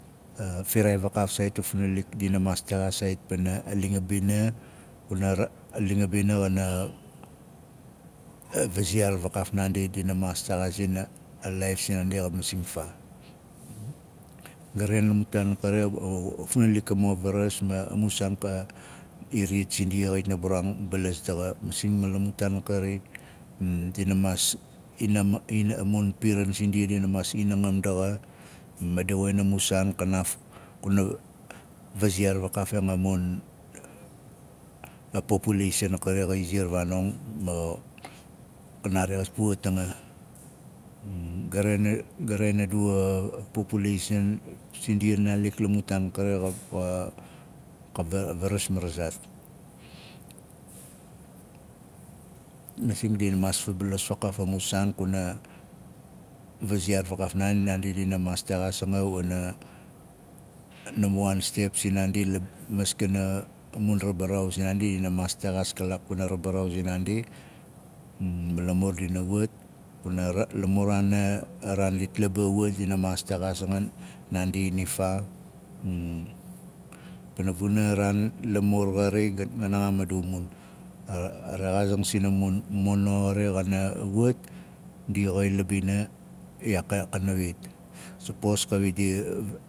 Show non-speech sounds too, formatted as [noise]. Firaai va kaaf a funalik kuna dina maas texaas saait pana a ling a bina kuna a ling a bina xana a variaar vakaaf naandi. Dina maas texaasin a laaif sinaandi xa masing faa ga nen a mu taan a kari a [hesitation] a funalik ka mo varas. Mu saan ka iriyat sindia xait na buraang balas daxa masing ma la mut taan kari [hesitation] dina maas inam inam a mun piran sindia dina maas mangam daxa ma woxin a mun saan fakaaf kuna vaziaar vakaafang a mun populeisan sindia a naalik la mu taan kari xa varas marazaat. Masing dina maas fabalos a mu saan kuna vaziaar naan naandi. Dina maas texaas anga wana naamba waan step sinaandi la maskana a mun rabaraau zinaandi dina maas texaas kalaak pana rabaraau zinaandi ma lamur dina wat. Ma la muraana a raan dit laba wat dina maas texaazin naandi inifaa [hesitation] pana vuna a raan lamur xari ga naxaam a mun [hesitation] a rexaazing sina mun mono xana wat ndia xa ila bina iyaak ka- kana wit sapos kawit di a [hesitation]